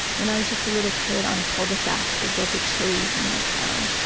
when i was just a little kid on a cul-de-sac, they built a chili's in my town.